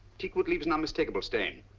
teak wood leaves an unmistakable stain.